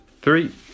Three